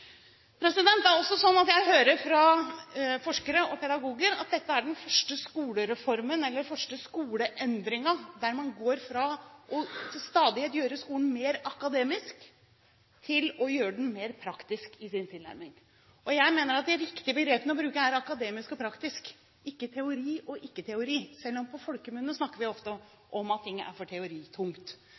Jeg hører fra forskere og pedagoger at dette er den første skoleendringen der man går fra til stadighet å gjøre skolen mer akademisk til å gjøre den mer praktisk i sin tilnærming. Jeg mener at de riktige begrepene å bruke er «akademisk» og «praktisk», ikke «teori» og «ikke-teori», selv om vi på folkemunne ofte snakker om at ting er for